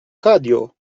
cadio